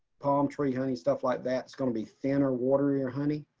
palm tree honey, stuff like that. it's going to be thinner, waterier honey.